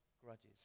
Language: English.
grudges